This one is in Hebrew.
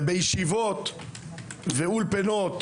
ובישיבות ואולפנות